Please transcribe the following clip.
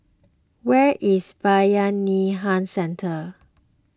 where is Bayanihan Centre